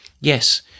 Yes